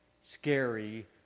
scary